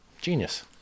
Genius